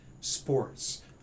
sports